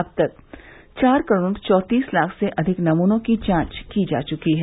अब तक चार करोड़ चौंतीस लाख से अधिक नमूनों की जांच की जा चुकी है